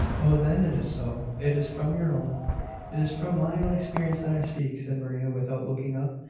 oh, then, it is so it is from your own it is from my own experience that i speak, said maria, without looking up.